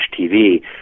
TV